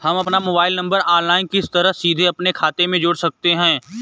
हम अपना mobile number online किस तरह सीधे अपने खाते में जोड़ सकते हैं?